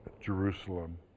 Jerusalem